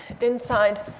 inside